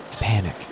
Panic